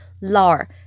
LAR